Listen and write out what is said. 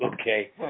okay